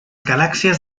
galàxies